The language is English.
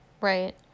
Right